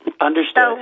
Understood